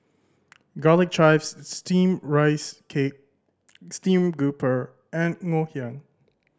Garlic Chives Steamed Rice Cake stream grouper and Ngoh Hiang